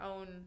own